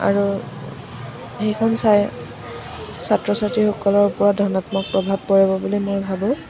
আৰু সেইখন চাই ছাত্ৰ ছাত্ৰীসকলৰ ওপৰত ধণাত্মক প্ৰভাৱ পৰিব বুলি মই ভাবোঁ